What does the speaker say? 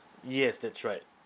yes that's right